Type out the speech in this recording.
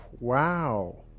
Wow